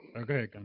Okay